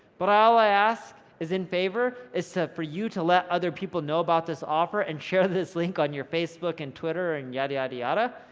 but all i ask is in favor is so for you to let other people know about this offer and share this link on your facebook and twitter and yadda, yadda, yadda.